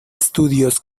estudios